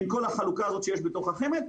עם כל החלוקה הזו שיש בתוך החמ"ד.